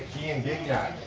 ian ginga.